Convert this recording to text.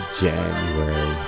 January